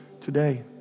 today